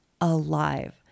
alive